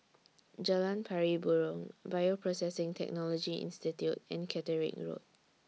Jalan Pari Burong Bioprocessing Technology Institute and Catterick Road